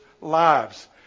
lives